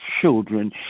children